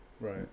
Right